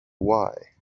why